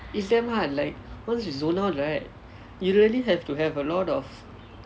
it's damn hard like once you zone out right you really have to have a lot of